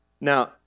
Now